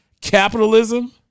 capitalism